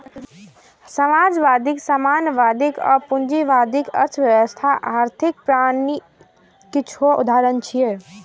समाजवादी, साम्यवादी आ पूंजीवादी अर्थव्यवस्था आर्थिक प्रणालीक किछु उदाहरण छियै